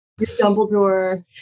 Dumbledore